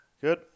Good